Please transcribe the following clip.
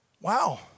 wow